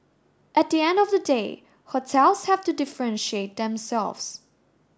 at the end of the day hotels have to differentiate themselves